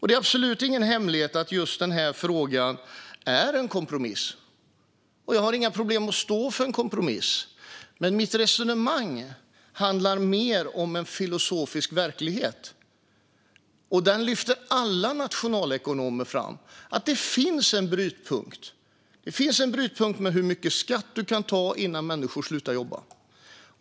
Det är absolut ingen hemlighet att just denna fråga är en kompromiss, och jag har inga problem med att stå för det. Mitt resonemang handlar mer om en filosofisk verklighet. Alla nationalekonomer lyfter fram att det finns en brytpunkt för hur mycket skatt man kan ta ut innan människor slutar jobba.